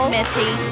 Missy